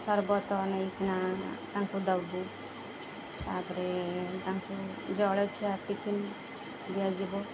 ସର୍ବତ ନେଇକି ତାଙ୍କୁ ଦେବୁ ତା'ପରେ ତାଙ୍କୁ ଜଳଖିଆ ଟିଫିନ ଦିଆଯିବ